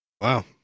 Wow